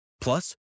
Plus